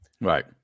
Right